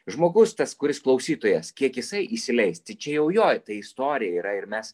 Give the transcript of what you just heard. žmogus tas kuris klausytojas kiek jisai įsileis tai čia jau jo ta istorija yra ir mes